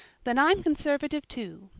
then i'm conservative too,